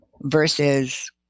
versus